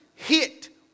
Hit